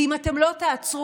ואם אתם לא תעצרו,